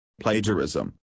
Plagiarism